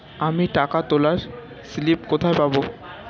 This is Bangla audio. আমি টাকা তোলার স্লিপ কোথায় পাবো?